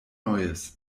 neues